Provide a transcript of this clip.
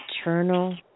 eternal